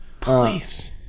Please